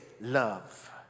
love